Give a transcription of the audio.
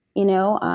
you know?